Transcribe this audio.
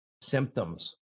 symptoms